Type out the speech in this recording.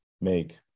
make